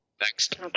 Next